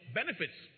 benefits